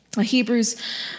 Hebrews